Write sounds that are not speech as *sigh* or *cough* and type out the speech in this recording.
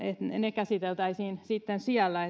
ne käsiteltäisiin sitten siellä *unintelligible*